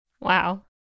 Wow